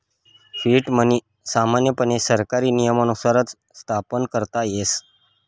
fiat money सामान्यपणे सरकारी नियमानुसारच स्थापन करता येस